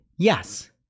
Yes